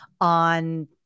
on